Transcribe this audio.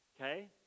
okay